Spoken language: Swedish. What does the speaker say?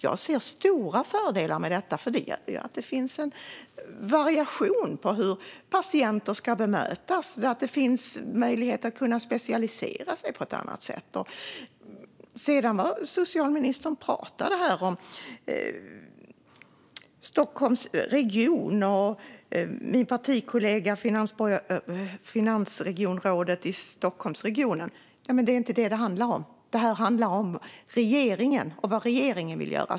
Jag ser stora fördelar med detta, eftersom det ger en variation i hur patienter ska bemötas liksom möjligheter att kunna specialisera sig på ett annat sätt. Sedan pratade socialministern om Region Stockholm och min partikollega finansregionrådet i Region Stockholm. Men det är inte detta det handlar om. Detta handlar om regeringen och vad regeringen vill göra.